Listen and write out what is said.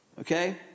Okay